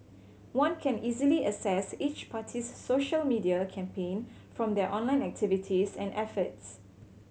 one can easily assess each party's social media campaign from their online activities and efforts